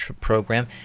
program